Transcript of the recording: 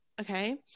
okay